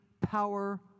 power